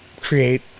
create